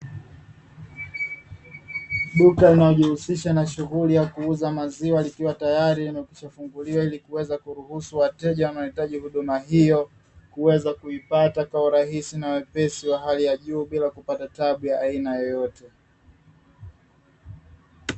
Duka linalojihusisha na shughuli ya kuuza maziwa, likiwa tayari limekwishafunguliwa ili kuweza kuruhusu wateja wanaohitaji huduma hiyo, kuweza kuipata kwa urahisi na wepesi wa hali ya juu bila kupata tabu ya aina yoyote.